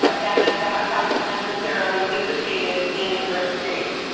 ah and that that hasn't necessarily dissipated in their state.